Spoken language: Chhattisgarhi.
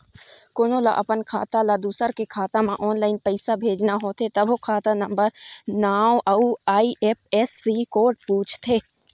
कोनो ल अपन खाता ले दूसर के खाता म ऑनलाईन पइसा भेजना होथे तभो खाता नंबर, नांव अउ आई.एफ.एस.सी कोड पूछथे